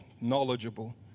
knowledgeable